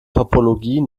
topologie